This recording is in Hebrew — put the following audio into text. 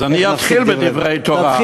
אז אני אתחיל בדברי תורה,